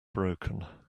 broken